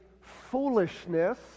foolishness